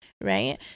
Right